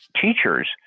teachers